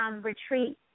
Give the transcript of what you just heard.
retreat